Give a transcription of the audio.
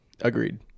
Agreed